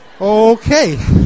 Okay